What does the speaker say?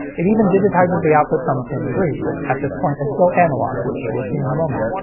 it even digitizes the output from pin three, which at this point is still analog which we'll see in a moment.